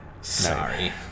Sorry